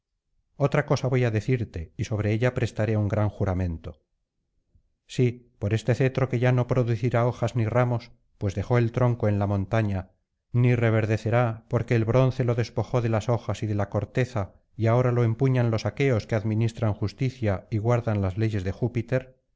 otra cosa voy á decirte y sobre ella prestaré un gran juramento sí por este cetro que ya no producirá hojas ni ramos pues dejó el tronco en la montaña ni reverdecerá porque el bronce lo despojó de las hojas y de la corteza y ahora lo empuñan los aqueos que administran justicia y guardan las leyes de júpiter